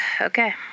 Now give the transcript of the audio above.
okay